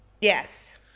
Yes